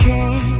King